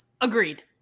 Agreed